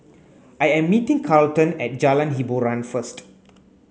I am meeting Carleton at Jalan Hiboran first